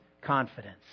confidence